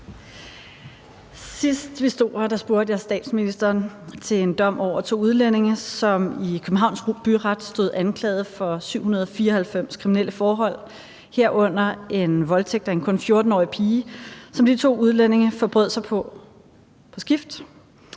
Sidst vi stod her, spurgte jeg statsministeren til en dom over to udlændinge, som i Københavns Byret stod anklaget for 794 kriminelle forhold, herunder en voldtægt af en kun 14-årig pige, som de to udlændinge forbrød sig på på skift,